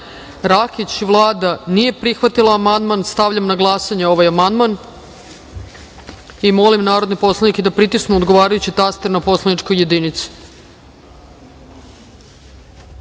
Rakić. Vlada nije prihvatila amandman. Stavljam na glasanje ovaj amandman. Molim narodne poslanike da pritisnu odgovarajući taster na poslaničkoj